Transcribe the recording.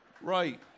Right